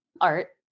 Art